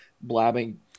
blabbing